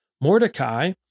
Mordecai